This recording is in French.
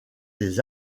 des